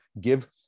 give